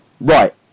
Right